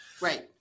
Right